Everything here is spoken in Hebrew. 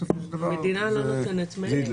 בסופו של דבר -- מדינה לא נותנת מיילים,